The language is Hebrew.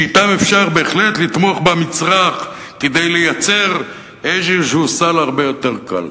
שאתם אפשר בהחלט לתמוך במצרך כדי לייצר איזה סל הרבה יותר קל.